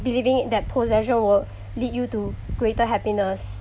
believing that possession will lead you to greater happiness